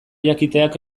jakiteak